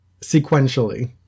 sequentially